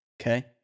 Okay